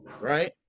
right